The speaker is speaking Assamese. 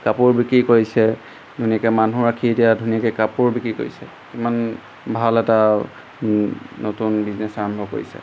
কাপোৰ বিক্ৰী কৰিছে ধুনীয়াকৈ মানুহ ৰাখি এতিয়া ধুনীয়াকৈ কাপোৰ বিক্ৰী কৰিছে ইমান ভাল এটা নতুন বিজনেছ আৰম্ভ কৰিছে